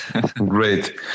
great